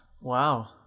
Wow